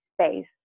space